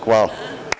Hvala.